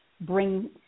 bring